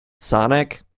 Sonic